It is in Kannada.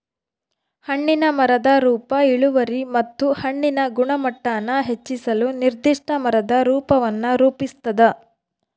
ಹಣ್ಣಿನ ಮರದ ರೂಪ ಇಳುವರಿ ಮತ್ತು ಹಣ್ಣಿನ ಗುಣಮಟ್ಟಾನ ಹೆಚ್ಚಿಸಲು ನಿರ್ದಿಷ್ಟ ಮರದ ರೂಪವನ್ನು ರೂಪಿಸ್ತದ